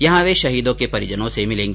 यहां वे शहीदों के परिजनों से मिलेंगी